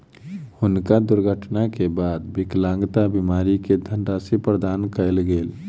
हुनका दुर्घटना के बाद विकलांगता बीमा के धनराशि प्रदान कयल गेल